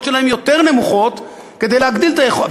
שלהם נמוכות יותר כדי להגדיל את היכולת.